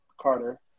carter